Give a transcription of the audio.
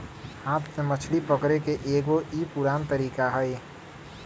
हाथ से मछरी पकड़े के एगो ई पुरान तरीका हई